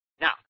Now